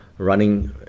running